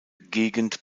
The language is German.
gegend